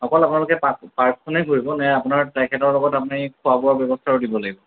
অকল অকলকে পাৰ্কখনে ঘূৰিবনে আপোনাৰ তেখেতৰ লগত আপুনি খোৱা বোৱাও ব্যৱস্থাও দিব লাগিব